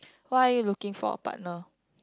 what are you looking for a partner